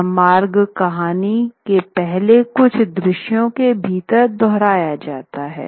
यह मार्ग कहानी के पहले कुछ दृश्यों के भीतर दोहराया जाता है